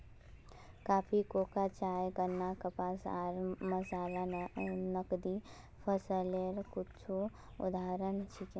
coffee, cocoa, चाय, गन्ना, कपास आर मसाला नकदी फसलेर कुछू उदाहरण छिके